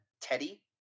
Teddy